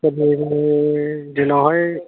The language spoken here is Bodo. जोंनावहाय